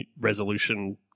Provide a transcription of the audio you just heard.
resolution